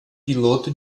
piloto